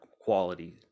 quality